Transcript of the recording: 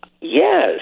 Yes